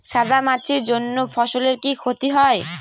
সাদা মাছির জন্য ফসলের কি ক্ষতি হয়?